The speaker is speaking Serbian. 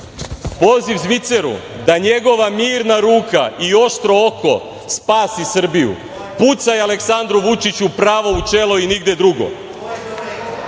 Zviceru da njegova mirna ruka i oštro oko spasi Srbiju- pucaj Aleksandru Vučiću pravo u čelu i nigde drugo;